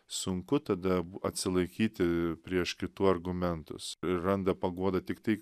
sunku tada atsilaikyti prieš kitų argumentus ir randa paguodą tiktai